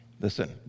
Listen